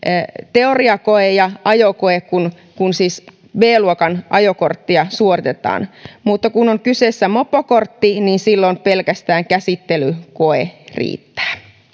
teoriakoe ja ajokoe silloin kun b luokan ajokorttia suoritetaan mutta kun on kyseessä mopokortti niin silloin pelkästään käsittelykoe riittää